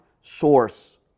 source